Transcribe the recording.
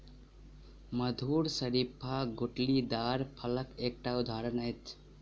मधुर शरीफा गुठलीदार फलक एकटा उदहारण अछि